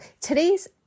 today's